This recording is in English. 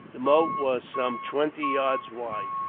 the moat was some twenty yards wide.